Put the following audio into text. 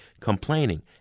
complaining